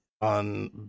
On